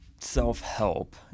self-help